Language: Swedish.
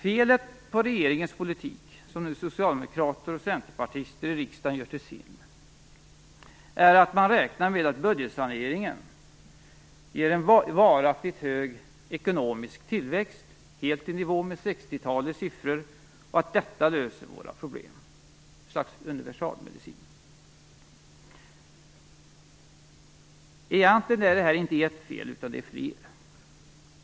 Felet på regeringens politik, som nu socialdemokrater och centerpartister i riksdagen gör till sin, är att man räknar med att budgetsaneringen ger en varaktigt hög ekonomisk tillväxt, helt i nivå med 60-talets siffror, och att detta löser våra problem - ett slags universalmedicin. Egentligen är det här inte ett fel, utan flera fel.